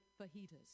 fajitas